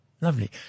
Lovely